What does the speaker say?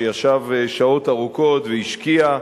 שישב שעות ארוכות והשקיע,